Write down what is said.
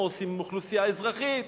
מה עושים עם אוכלוסייה אזרחית,